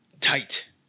tight